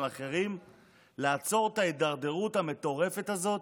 אחרים ולעצור את ההידרדרות המטורפת הזאת,